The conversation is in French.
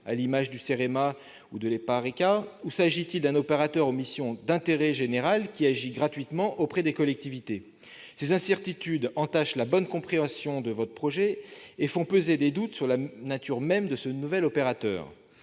à l'image du CEREMA et de l'EPARECA, ou s'agira-t-il d'un opérateur aux missions d'intérêt général agissant gratuitement auprès des collectivités ? Ces incertitudes entachent la bonne compréhension de votre projet et font peser des doutes sur la nature même de ce nouvel opérateur.